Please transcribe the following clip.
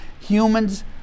humans